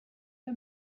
the